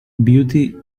beauty